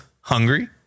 hungry